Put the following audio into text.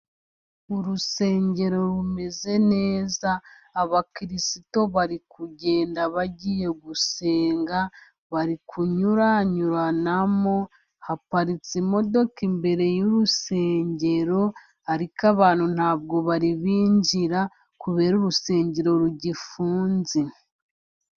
Urusengero rumeze neza abakirisitu bari kugenda bagiye gusenga, bari kunyuranyuranamo haparitse imodoka imbere y'urusengero, ariko abantu ntabwo bari binjira kubera urusengero rugifunze.